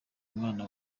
umwana